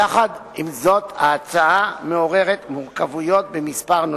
יחד עם זאת, ההצעה מעוררת מורכבויות בכמה נושאים.